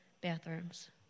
bathrooms